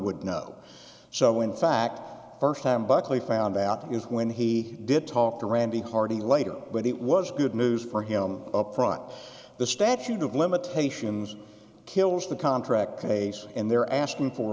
would know so in fact first time buckley found out when he did talk to randy hardy later but it was good news for him up front the statute of limitations kills the contract case and they're asking for